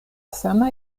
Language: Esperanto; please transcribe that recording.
sama